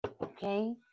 Okay